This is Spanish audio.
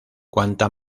cuanta